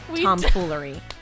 Tomfoolery